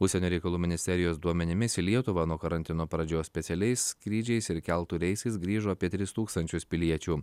užsienio reikalų ministerijos duomenimis į lietuva nuo karantino pradžios specialiais skrydžiais ir keltų reisais grįžo apie tris tūkstančius piliečių